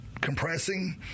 compressing